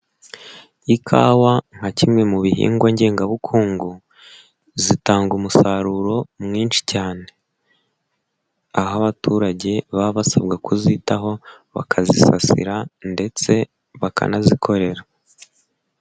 Ikawa nka kimwe mu bihingwa ngengabukungu, zitanga umusaruro mwinshi cyane, aho abaturage baba basabwa kuzitaho, bakazisasira ndetse bakanazikorera.